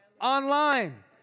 online